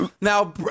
now